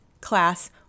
class